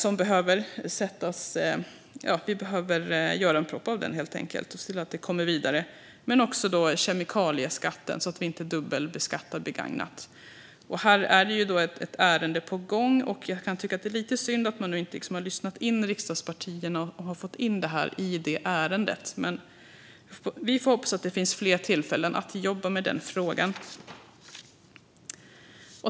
Vi behöver helt enkelt göra en proposition av den och se till att det kommer vidare. Det handlar också om kemikalieskatten, så att vi inte dubbelbeskattar begagnat. Här är ett ärende på gång. Det är lite synd att man inte har lyssnat in riksdagspartierna och har fått in det i ärendet. Men vi får hoppas att det finns fler tillfällen att jobba med den frågan.